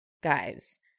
Guys